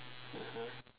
mmhmm